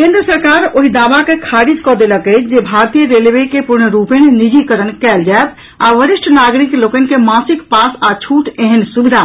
केन्द्र सरकार ओहि दावा के खारिज कऽ देलक अछि जे भारतीय रेलवे के पूर्णरूपेण निजीकरण कयल जायत आ वरिष्ठ नागरिक लोकनि के मासिक पास आ छूट ऐहन सुविधा